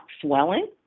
Swelling